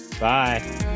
Bye